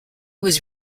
was